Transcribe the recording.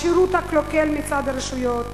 השירות הקלוקל מצד הרשויות,